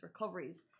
recoveries